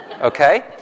Okay